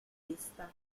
nazista